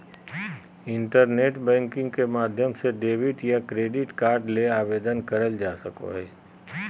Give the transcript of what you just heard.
internet banking के माध्यम से डेबिट या क्रेडिट कार्ड ले आवेदन करल जा सको हय